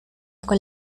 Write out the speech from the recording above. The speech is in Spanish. con